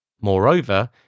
Moreover